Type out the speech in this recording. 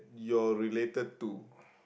you're related to